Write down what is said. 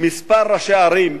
מספר ראשי ערים,